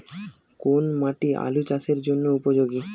কোন মাটি আলু চাষের জন্যে উপযোগী?